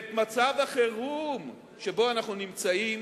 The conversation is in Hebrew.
ואת מצב החירום שבו אנחנו נמצאים,